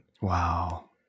Wow